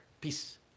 Peace